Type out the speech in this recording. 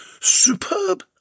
Superb